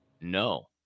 no